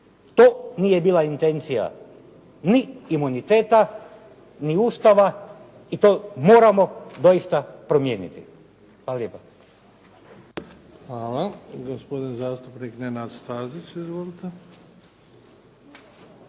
To nije bila intencija ni imuniteta, ni Ustava i to moramo doista promijeniti. Hvala lijepa.